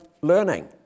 learning